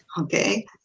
Okay